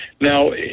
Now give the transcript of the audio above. Now